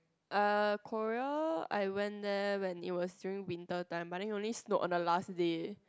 ah Korea I went there when it was during winter time but then it only snowed on the last day